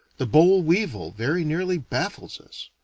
the boll weevil very nearly baffles us.